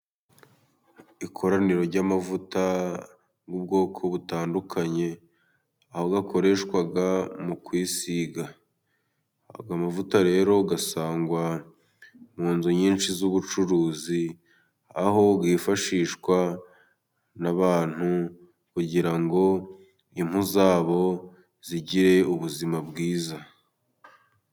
Ikoraniro ry'amavuta y'ubwoko butandukanye aho bukoreshwa mu kwisiga. Amavuta rero uyasanga mu nzu nyinshi z'ubucuruzi, aho yifashishwa n'abantu kugira ngo impu zabo zigire ubuzima bwiza.